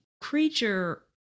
creature